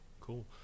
cool